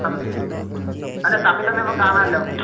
അല്ല തമ്മിൽ തമ്മിൽ നമുക്ക് കാണാമല്ലോ